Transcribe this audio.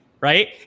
right